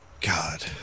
God